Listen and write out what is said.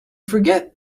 forget